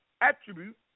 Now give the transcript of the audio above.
attribute